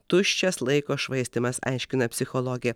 tuščias laiko švaistymas aiškina psichologė